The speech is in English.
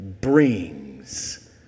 brings